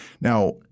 Now